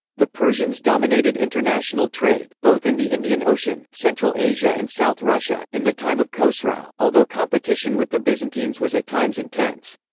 the persians dominated international trade, both in the indian ocean, central asia and south russia, in the time of khosrau, although competition with the byzantines was at times intense.